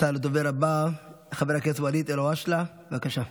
עתה לדובר הבא, חבר הכנסת ואליד אלהואשלה, בבקשה.